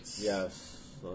Yes